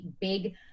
big